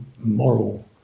moral